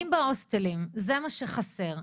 אם זה מה שחסר בהוסטלים,